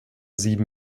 sieben